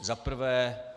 Za prvé.